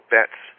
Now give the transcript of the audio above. Bets